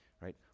right